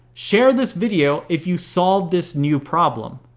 share this video if you solved this new problem.